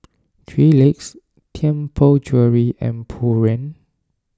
three Legs Tianpo Jewellery and Pureen